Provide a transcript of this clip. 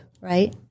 right